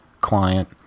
client